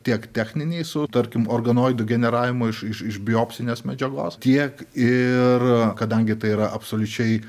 tiek techniniai su tarkim organoidų generavimu iš iš biopsinės medžiagos tiek ir kadangi tai yra absoliučiai